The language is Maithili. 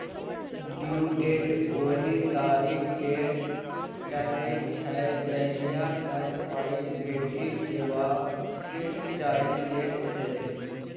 ड्यु डेट ओहि तारीख केँ कहय छै जहिया तक पाइ भेटि जेबाक चाही लेट सेट